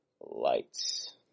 Lights